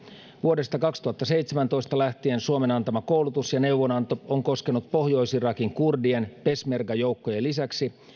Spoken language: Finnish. vuodesta kaksituhattaseitsemäntoista lähtien suomen antama koulutus ja neuvonanto on koskenut pohjois irakin kurdien peshmerga joukkojen lisäksi